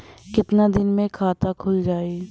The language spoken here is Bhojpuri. कितना दिन मे खाता खुल जाई?